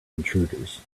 intruders